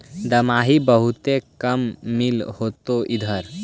दमाहि बहुते काम मिल होतो इधर?